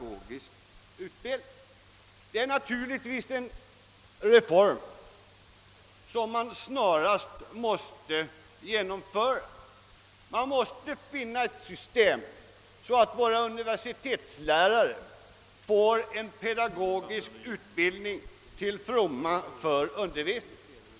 Härvidlag måste naturligtvis en reform snarast genomföras. Man måste ändra bestämmelserna så att våra universitetslärare får en pe; dagogisk utbildning till fromma för undervisningen.